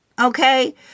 Okay